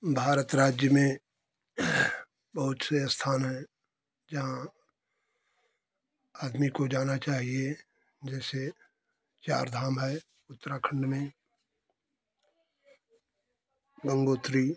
भारत राज्य में बहुत से स्थान हैं जहाँ आदमी को जाना चाहिए जैसे चारधाम है उत्तराखंड में गंगोत्री